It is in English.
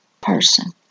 person